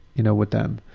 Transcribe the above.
you know, with them.